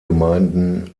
gemeinden